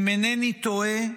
אם אינני טועה,